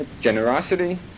Generosity